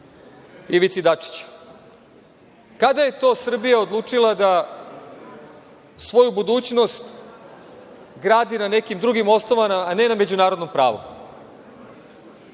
Ivici Dačiću. Kada je to Srbija odlučila da svoju budućnost gradi na nekim drugim osnovama, a ne na međunarodnom pravu?